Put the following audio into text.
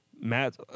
Matt